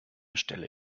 stelle